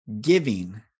giving